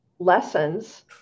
lessons